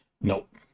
Nope